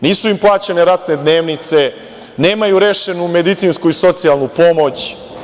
Nisu im plaćene ratne dnevnice, nemaju rešenu medicinsku i socijalnu pomoć.